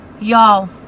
y'all